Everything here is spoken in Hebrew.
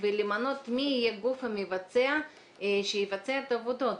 ולמנות את הגוף המבצע את העבודות.